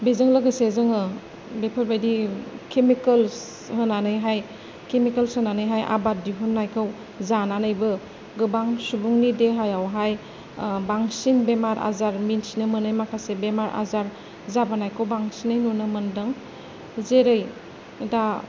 बेजों लोगोसे जोङो बेफोरबायदि केमिकेल्स होनानैहाय केमिकेल्स होनानैहाय आबाद दिहुन्नायखौ जानानैबो गोबां सुबुंनि देहायावहाय बांसिन बेमार आजार मिथिनो मोनै माखासे बेमार आजार जाबोनायखौ बांसिनै नुनो मोनदों जेरै दा